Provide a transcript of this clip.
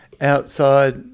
outside